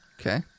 Okay